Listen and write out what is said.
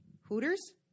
Hooters